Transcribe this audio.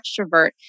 extrovert